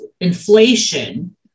inflation